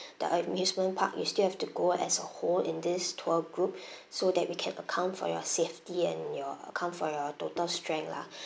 the amusement park you still have to go as a whole in this tour group so that we can account for your safety and your account for your total strength lah